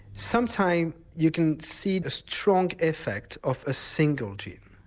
sometimes you can see the strong effect of a single gene.